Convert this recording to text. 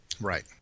Right